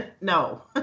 No